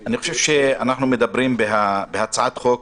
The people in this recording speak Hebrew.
אני חושב שאנחנו מדברים על הצעת חוק